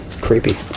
Creepy